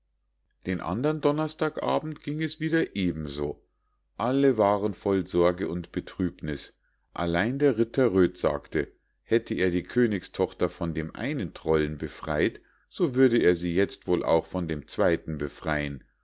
den andern donnerstag abend ging es wieder eben so alle waren voll sorge und betrübniß allein der ritter röd sagte hätte er die königstochter von dem einen trollen befrei't so würde er sie jetzt auch wohl von dem zweiten befreien